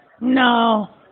No